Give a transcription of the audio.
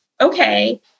okay